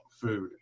food